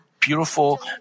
beautiful